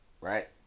right